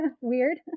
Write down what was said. weird